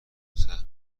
سهم